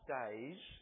days